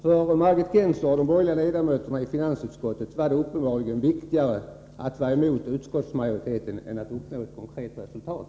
För Margit Gennser och de övriga borgerliga ledamöterna i finansutskottet var det uppenbarligen viktigare att gå emot utskottsmajoriteten än att uppnå ett konkret resultat.